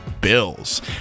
Bills